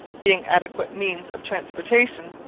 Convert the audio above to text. being adequate means of transportation,